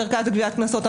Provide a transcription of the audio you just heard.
המרכז לגביית קנסות,